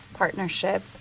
partnership